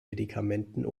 medikamenten